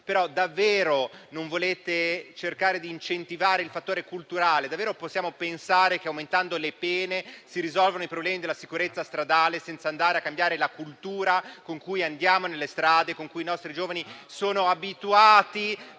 ma davvero non volete cercare di incentivare il fattore culturale? Davvero possiamo pensare che, aumentando le pene, si risolvano i problemi della sicurezza stradale, senza cambiare la cultura con cui andiamo nelle strade, per la quale i nostri giovani sono abituati,